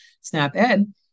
SNAP-Ed